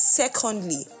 secondly